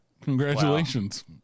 congratulations